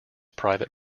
private